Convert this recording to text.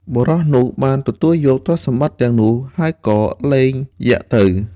បុរសនោះបានទទួលយកទ្រព្យសម្បត្តិទាំងនោះ ហើយក៏លែងយក្សទៅ។